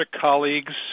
colleagues